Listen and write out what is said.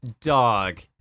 Dog